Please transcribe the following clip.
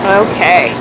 okay